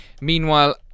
Meanwhile